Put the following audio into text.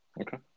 Okay